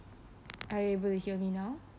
are you able to hear me now